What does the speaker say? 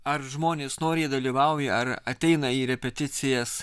ar žmonės noriai dalyvauja ar ateina į repeticijas